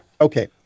Okay